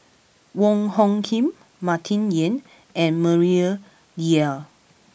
Wong Hung Khim Martin Yan and Maria Dyer